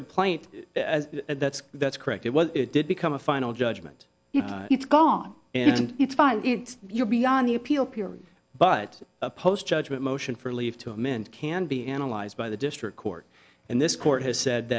complaint and that's that's correct it was it did become a final judgment it's gone and it's fine you're beyond the appeal period but post judgment motion for leave to amend can be analyzed by the district court and this court has said